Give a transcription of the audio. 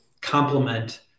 complement